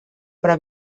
però